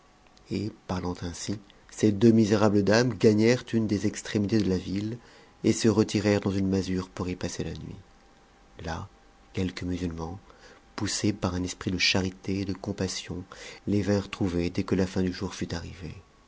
pn parlant ainsi ces deux misérables dames gagnèrent une des extrémités de la ville et se retirèrent dans une masure pour y passer h nuit là quelques musulmans poussés par un esprit de charité et de compassion les vinrent trouver dès que la fin du jour fut arrivée